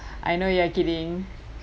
I know you are kidding